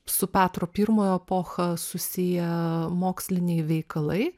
su petro pirmojo epocha susiję moksliniai veikalai